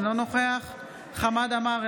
אינו נוכח חמד עמאר,